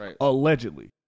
allegedly